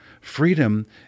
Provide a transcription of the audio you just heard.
freedom